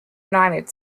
united